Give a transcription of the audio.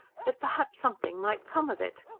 that perhaps something might come of it.